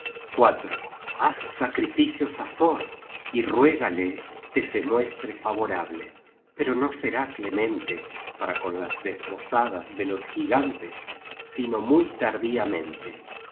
haz sacrificios á thor y ruégale te se muestre favorable pero no será clemente para con las desposadas de los gigantes sino muy tardiamente y